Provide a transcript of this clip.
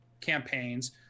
campaigns